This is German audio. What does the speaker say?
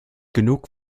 genug